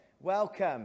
Welcome